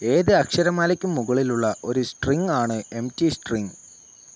ഏത് അക്ഷരമാലയ്ക്കും മുകളിലുള്ള ഒരു സ്ട്രിങ്ങാണ് എംപ്റ്റി സ്ട്രിംഗ്